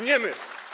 Nie my.